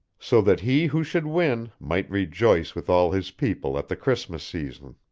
so that he who should win might rejoice with all his people at the christmas season.